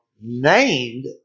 named